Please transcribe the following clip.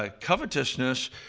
covetousness